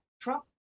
Trump